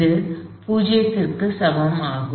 இது 0 க்கு சமம் ஆகும்